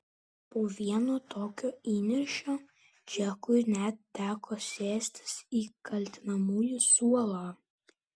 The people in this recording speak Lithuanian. po vieno tokio įniršio džekui net teko sėstis į kaltinamųjų suolą